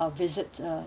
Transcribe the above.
uh visit uh